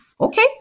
Okay